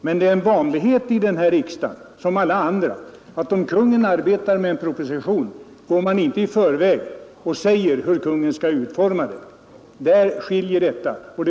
Men det är en vanlig ordning i denna riksdag som i alla andra att om regeringen arbetar på en proposition går man inte i förväg och säger hur den skall utformas. Det är det som är skillnaden mellan reservanterna och utskottet.